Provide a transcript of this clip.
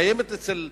קיימת מסורת אצל